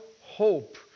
hope